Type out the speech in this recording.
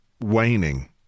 waning